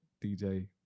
DJ